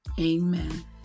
Amen